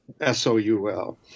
S-O-U-L